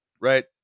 Right